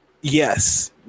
Yes